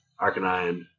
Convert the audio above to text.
Arcanine